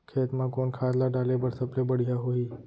खेत म कोन खाद ला डाले बर सबले बढ़िया होही?